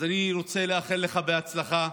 אז אני רוצה לאחל לך הצלחה,